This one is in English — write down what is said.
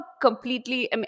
completely